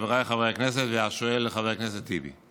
חבריי חברי הכנסת והשואל חבר הכנסת טיבי.